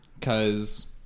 Cause